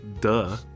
Duh